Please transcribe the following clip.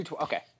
Okay